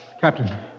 Captain